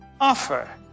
offer